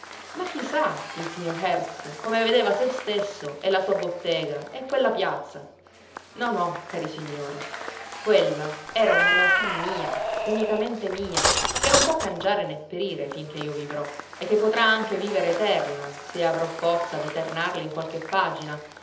ma chi sa il signor herbst come vedeva se stesso e la sua bottega e quella piazza no no cari signori quella era una realtà mia unicamente mia che non può cangiare né perire finché io vivrò e che potrà anche vivere eterna se io avrò la forza d'eternarla in qualche pagina